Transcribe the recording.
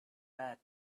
bed